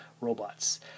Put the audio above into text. robots